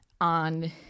on